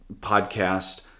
podcast